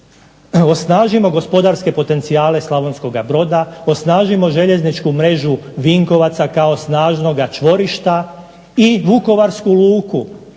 osnažimo gospodarske potencijale Slavonskoga Broda, osnažimo željezničku mrežu Vinkovaca kao snažnoga čvorišta, i vukovarsku luku.